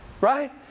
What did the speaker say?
Right